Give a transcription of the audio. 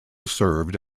served